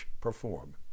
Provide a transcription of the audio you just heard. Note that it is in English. perform